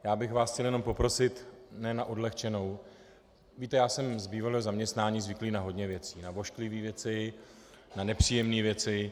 Já bych vás chtěl jenom poprosit, ne na odlehčenou, víte, já jsem z bývalého zaměstnání zvyklý na hodně věcí, na ošklivé věci, na nepříjemné věci.